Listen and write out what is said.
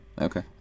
Okay